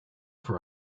for